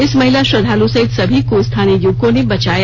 इस महिला श्रद्वालु सहित सभी को स्थानीय युवकों ने बचाया